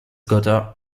gotha